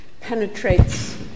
penetrates